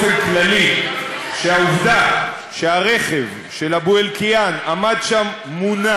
ואני אסתפק בלתאר באופן כללי שהעובדה שהרכב של אבו אלקיעאן עמד שם מונע,